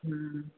ਹੂੰ